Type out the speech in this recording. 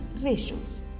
ratios